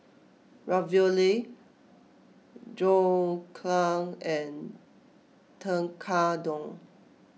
Ravioli Dhokla and Tekkadon